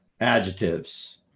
adjectives